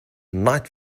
night